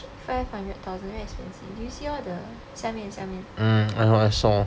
actually five hundred thousand very expensive did you see all the 下面下面